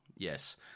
Yes